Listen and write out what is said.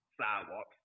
sidewalk